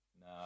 No